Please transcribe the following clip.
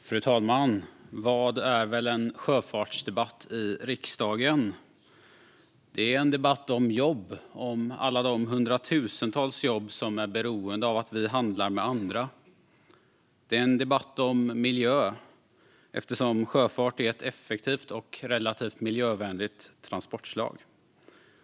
Fru talman! Vad är väl en sjöfartsdebatt i riksdagen? Det är en debatt om jobb, om alla de hundratusentals jobb som är beroende av att vi handlar med andra. Det är en debatt om miljö, eftersom sjöfart är ett effektivt och relativt miljövänligt transportslag.